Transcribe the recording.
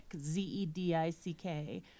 Z-E-D-I-C-K